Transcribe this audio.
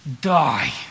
die